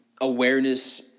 awareness